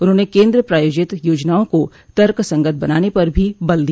उन्होंने केन्द्र प्रायोजित योजनाओं को तर्कसंगत बनाने पर भी बल दिया